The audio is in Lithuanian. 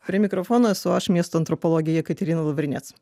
prie mikrofono esu aš miesto antropologė jekaterina lavrinec